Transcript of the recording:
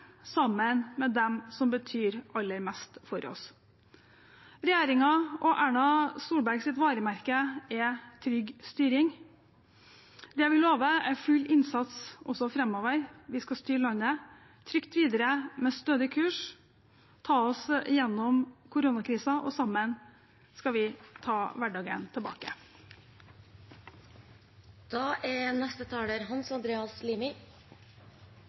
sammen med dem som betyr aller mest for oss. Regjeringen og Erna Solbergs varemerke er trygg styring. Det vi lover, er full innsats også framover. Vi skal styre landet trygt videre med stødig kurs, ta oss gjennom koronakrisen, og sammen skal vi ta hverdagen tilbake. Jeg er